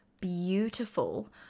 beautiful